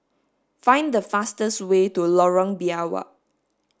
find the fastest way to Lorong Biawak